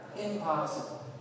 Impossible